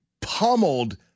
pummeled